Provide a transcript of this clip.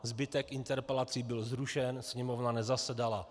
Zbytek interpelací byl zrušen, Sněmovna nezasedala.